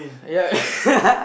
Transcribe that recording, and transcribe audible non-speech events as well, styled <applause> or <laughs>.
yeah <laughs>